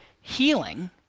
healing